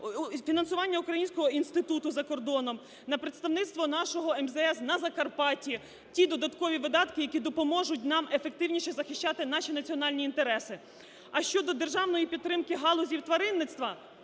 фінансування Українського інституту за кордоном, на представництво нашого МЗС на Закарпатті, ті додаткові видатки, які допоможуть нам ефективніше захищати наші національні інтереси. А щодо державної підтримки галузі тваринництва